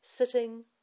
sitting